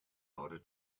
order